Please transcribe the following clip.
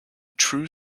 true